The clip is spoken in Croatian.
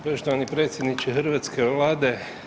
Poštovani predsjedniče hrvatske Vlade.